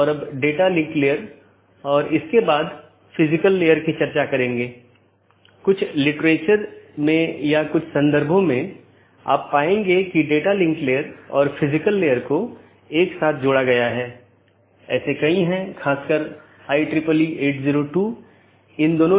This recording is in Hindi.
इसका मतलब है कि यह एक प्रशासनिक नियंत्रण में है जैसे आईआईटी खड़गपुर का ऑटॉनमस सिस्टम एक एकल प्रबंधन द्वारा प्रशासित किया जाता है यह एक ऑटॉनमस सिस्टम हो सकती है जिसे आईआईटी खड़गपुर सेल द्वारा प्रबंधित किया जाता है